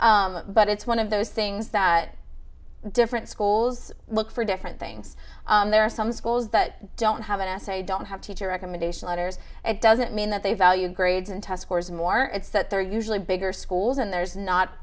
answer but it's one of those things that different schools look for different things and there are some schools that don't have an essay don't have teacher recommendation letters it doesn't mean that they value grades and test scores more it's that they're usually bigger schools and there's not